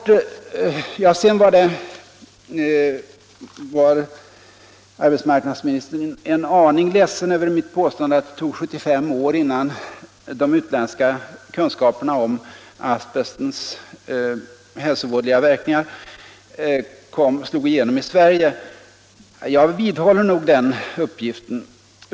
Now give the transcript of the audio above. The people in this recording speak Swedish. Sedan var arbetsmarknadsministern en smula ledsen över mitt påstående att det tog 75 år innan de utländska kunskaperna om asbestens hälsovådliga verkningar slog igenom i Sverige. Jag vidhåller den uppgiften.